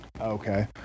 Okay